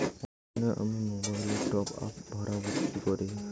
অফলাইনে আমি মোবাইলে টপআপ ভরাবো কি করে?